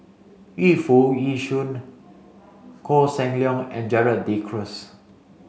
Yu Foo Yee Shoon Koh Seng Leong and Gerald De Cruz